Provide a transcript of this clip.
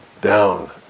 down